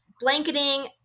blanketing